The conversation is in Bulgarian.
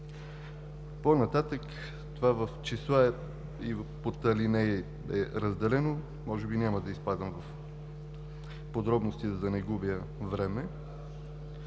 По-нататък това в числа и по алинеи е разделено. Може би няма да изпадам в подробности, за да не губя време.